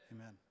amen